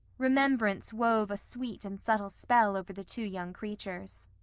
remembrance wove a sweet and subtle spell over the two young creatures.